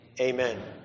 Amen